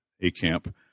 A-camp